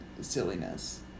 silliness